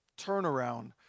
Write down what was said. turnaround